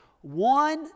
one